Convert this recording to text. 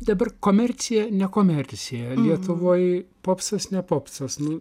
dabar komercija ne komercija lietuvoj popsas ne popsas nu